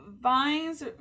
Vines